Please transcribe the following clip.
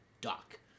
Doc